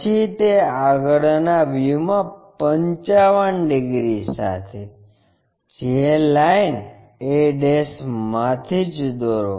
પછી તે આગળના વ્યૂમાં 50 ડિગ્રી સાથે જે લાઈન a માંથી જ દોરો